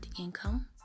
income